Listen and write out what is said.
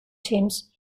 teams